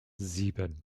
sieben